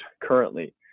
currently